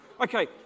Okay